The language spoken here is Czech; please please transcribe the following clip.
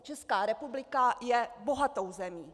Česká republika je bohatou zemí.